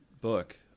book